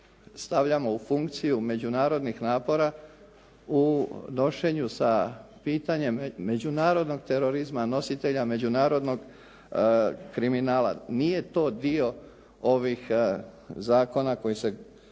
stavljamo u funkciju međunarodnih napora u nošenju sa pitanjem međunarodnog terorizma, nositelja međunarodnog kriminala. Nije to dio ovih zakona koji se